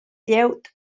glieud